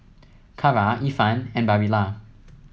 Kara Ifan and Barilla